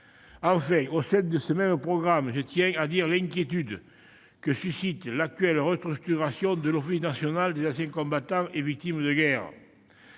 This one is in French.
aidants. Au sein de ce même programme, je tiens à dire l'inquiétude que suscite l'actuelle restructuration de l'Office national des anciens combattants et victimes de guerre.